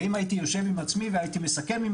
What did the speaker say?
ואם הייתי יושב עם עצמי והייתי מסכם עם